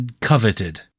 coveted